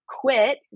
Quit